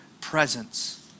presence